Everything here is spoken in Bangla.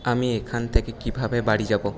আমি এখান থেকে কীভাবে বাড়ি যাব